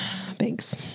Thanks